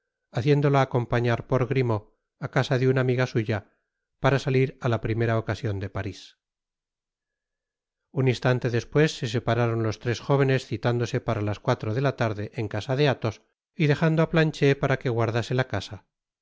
haciéndola acompaflárfporf grimaud á casa de una amiga su ya para salir á la primera ocasion de paris un inslante despues se separaron los tres jóvenes citándose para las cuatro de la tarde en casa de athos y dejando á planchet parajque guardase la casa